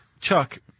Chuck